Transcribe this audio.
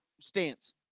stance